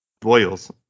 Boyles